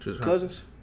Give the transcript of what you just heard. Cousins